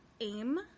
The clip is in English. AIM